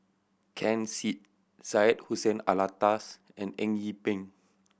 Ken Seet Syed Hussein Alatas and Eng Yee Peng